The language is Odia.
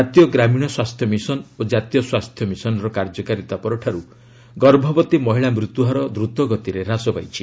ଜାତୀୟ ଗ୍ରାମୀଣ ସ୍ୱାସ୍ଥ୍ୟ ମିଶନ ଓ ଜାତୀୟ ସ୍ୱାସ୍ଥ୍ୟ ମିଶନର କାର୍ଯ୍ୟକାରୀତା ପରଠାରୁ ଗର୍ଭବତୀ ମହିଳା ମୃତ୍ୟୁହାର ଦ୍ରୁତଗତିରେ ହ୍ରାସ ପାଇଛି